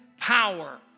power